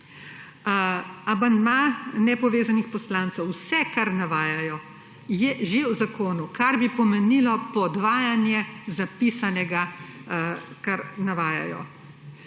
Amandma nepovezanih poslancev – vse, kar navajajo, je že v zakonu, kar bi pomenilo podvajanje zapisanega, kar navajajo.